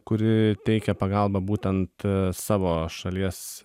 kuri teikia pagalbą būtent savo šalies